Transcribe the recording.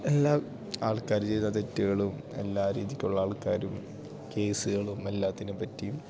എല്ലാ ആൾക്കാർ ചെയ്ത തെറ്റുകളും എല്ലാ രീതിയ്ക്കുള്ള ആൾക്കാരും കേസുകളും എല്ലാത്തിനെപ്പറ്റിയും